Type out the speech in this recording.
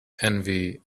envy